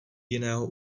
jiného